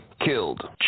killed